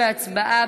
להצבעה.